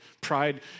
Pride